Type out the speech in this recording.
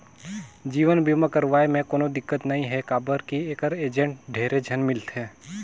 जीवन बीमा करवाये मे कोनो दिक्कत नइ हे काबर की ऐखर एजेंट ढेरे झन मिलथे